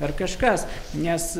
ar kažkas nes